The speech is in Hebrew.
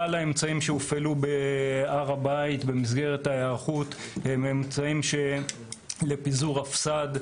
כלל האמצעים שהופעלו בהר הבית במסגרת ההיערכות הם אמצעים לפיזור הפס"ד,